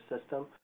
system